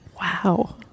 wow